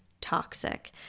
toxic